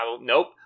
Nope